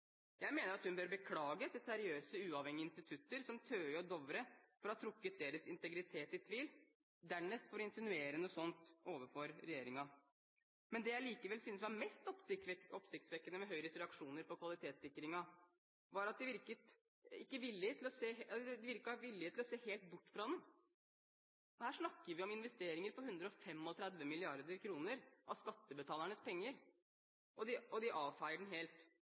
Jeg mener at hun bør beklage til seriøse, uavhengige institutter, som TØI og Dovre, for å ha trukket deres integritet i tvil, dernest for å insinuere noe sånt overfor regjeringen. Men det jeg likevel syntes var mest oppsiktsvekkende med Høyres reaksjoner på kvalitetssikringen, var at det virket som om de var villige til å se helt bort fra den. Her snakker vi om investeringer på 135 mrd. kr av skattebetalernes penger – og de avfeier den helt.